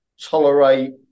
tolerate